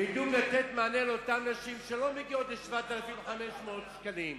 בדיוק לתת מענה לאותן נשים שלא מגיעות ל-7,500 שקלים,